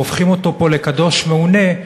והופכים אותו פה לקדוש מעונה,